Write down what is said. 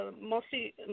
mostly